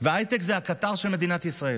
וההייטק זה הקטר של מדינת ישראל.